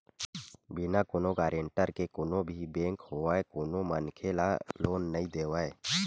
बिना कोनो गारेंटर के कोनो भी बेंक होवय कोनो मनखे ल लोन नइ देवय